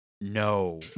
No